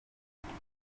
yagize